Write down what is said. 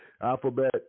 alphabet